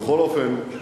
בכל אופן,